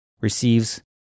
receives